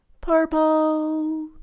purple